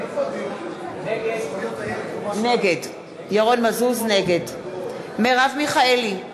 נגד מרב מיכאלי,